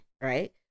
Right